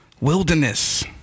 Wilderness